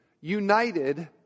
united